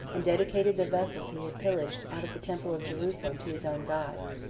and dedicated the vessels he had pillaged out of the temple of jerusalem to his own gods,